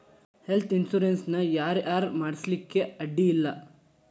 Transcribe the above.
Health insurance ನ ಯಾರ್ ಯಾರ್ ಮಾಡ್ಸ್ಲಿಕ್ಕೆ ಅಡ್ಡಿ ಇಲ್ಲಾ?